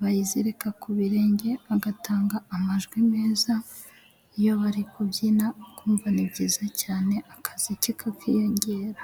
bayazirika ku birenge agatanga amajwi meza, iyo bari kubyina ukumva ni byiza cyane akazi kakiyongera.